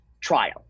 trial